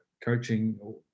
coaching